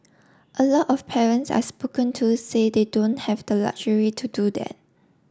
a lot of parents I spoken to say they don't have the luxury to do that